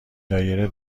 دایره